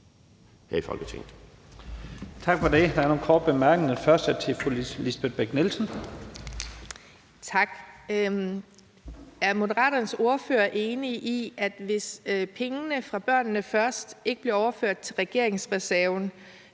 her i Folketinget.